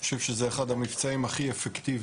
אני חושב שזה אחד המבצעים הכי אפקטיביים